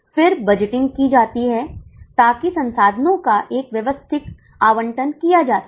फिर बजटिंग की जाती है ताकि संसाधनों का एक व्यवस्थित आवंटन किया जा सके